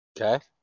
Okay